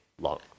long